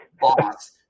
boss